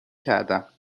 کردم